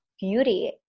beauty